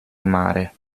mare